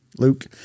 Luke